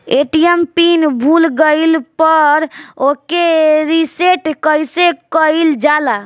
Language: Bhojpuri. ए.टी.एम पीन भूल गईल पर ओके रीसेट कइसे कइल जाला?